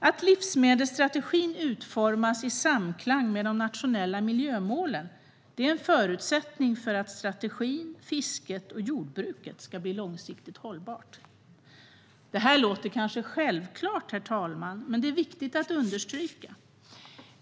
Att livsmedelsstrategin utformas i samklang med de nationella miljömålen är en förutsättning för att strategin, fisket och jordbruket ska bli långsiktigt hållbart. Det här låter kanske självklart, men är viktigt att understryka.